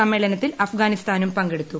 സമ്മേളനത്തിൽ ആഫ്ഗാനിസ്ഥാനും പങ്കെടുത്തു